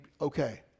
okay